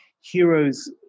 heroes